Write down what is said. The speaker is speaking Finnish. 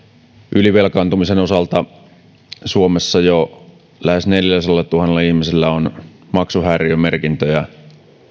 ylivelkaantumisen osalta suomessa jo lähes neljälläsadallatuhannella ihmisellä on maksuhäiriömerkintöjä